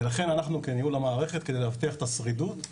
לכן אנחנו כניהול המערכת כדי להבטיח את השרידות,